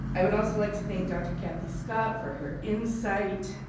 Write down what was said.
i would also like to thank dr. kathy scott for her insight,